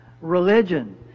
religion